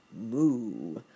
moo